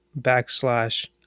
backslash